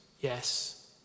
Yes